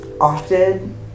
often